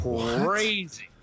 crazy